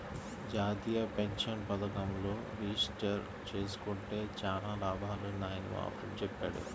జాతీయ పెన్షన్ పథకంలో రిజిస్టర్ జేసుకుంటే చానా లాభాలున్నయ్యని మా ఫ్రెండు చెప్పాడు